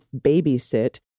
babysit